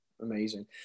amazing